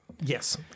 Yes